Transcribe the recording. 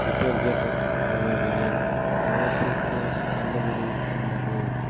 detergent வகைகளில் எவற்றுக்கு தள்ளுபடி உள்ளது